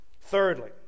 Thirdly